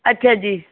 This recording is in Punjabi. ਅੱਛਾ ਜੀ